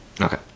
Okay